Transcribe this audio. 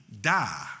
die